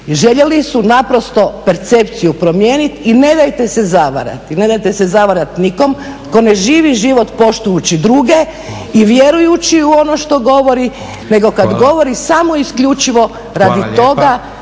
Željeli su naprosto percepciju promijeniti. I ne dajte se zavarati, ne dajete se zavarati nikome tko ne živi život poštujući drugi i vjerujući u ono što govori nego kad govori samo isključivo radi toga